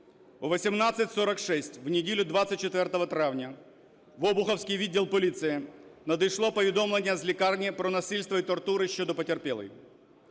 О 18:46 в неділю, 24 травня, в Обухівський відділ поліції надійшло повідомлення з лікарні про насильство і тортури щодо потерпілої.